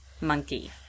monkey